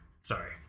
Sorry